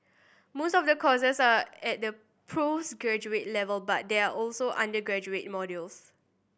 most of the courses are at the postgraduate level but there are also undergraduate modules